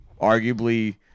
arguably